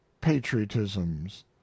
patriotisms